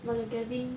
but the gavin